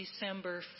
December